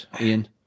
Ian